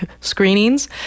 screenings